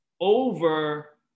over